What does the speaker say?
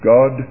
God